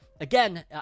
Again